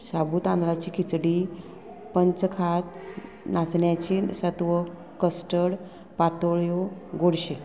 साबू तांदळाची खिचडी पंच खात नाचें सात्वक कस्टर्ड पातोळ्यो गोडशे